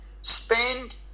Spend